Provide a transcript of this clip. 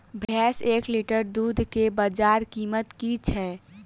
भैंसक एक लीटर दुध केँ बजार कीमत की छै?